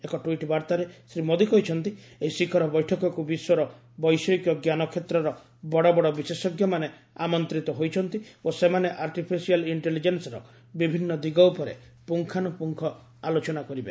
ଏକ ଟ୍ୱିଟ୍ ବାର୍ତ୍ତାରେ ଶ୍ରୀ ମୋଦି କହିଛନ୍ତି ଏହି ଶିଖର ବୈଠକକ୍ ବିଶ୍ୱର ବୈଷୟିକ ଜ୍ଞାନ କ୍ଷେତ୍ରର ବଡ ବଡ ବିଶେଷଜ୍ଞମାନେ ଆମନ୍ତିତ ହୋଇଛନ୍ତି ଓ ସେମାନେ ଆର୍ଟିପିସିଆର୍ ଇକ୍ଷେଲିଜେନ୍ର ବିଭିନ୍ ଦିଗ ଉପରେ ପୁଙ୍ଗାନୁପୁଙ୍ଗ ଆଲୋଚନା କରିବେ